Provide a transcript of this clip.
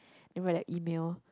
then write their email